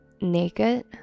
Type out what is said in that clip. naked